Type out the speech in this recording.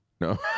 No